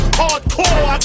hardcore